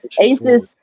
aces